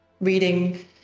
reading